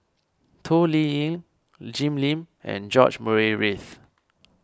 Toh Liying Jim Lim and George Murray Reith